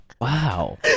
Wow